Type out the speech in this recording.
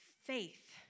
faith